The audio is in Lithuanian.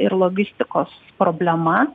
ir logistikos problema